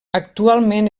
actualment